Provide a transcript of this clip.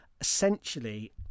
essentially